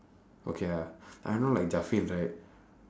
okay lah I know like right